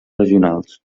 regionals